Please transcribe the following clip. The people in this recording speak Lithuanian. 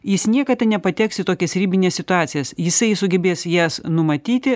jis niekada nepateks į tokias ribines situacijas jisai sugebės jas numatyti